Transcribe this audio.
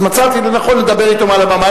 אז מצאתי לנכון לדבר אתו מעל הבמה.